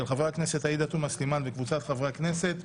של חברת הכנסת עאידה תומא סלימן וקבוצת חברי כנסת.